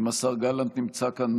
אם השר גלנט נמצא כאן,